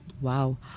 Wow